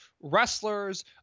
wrestlers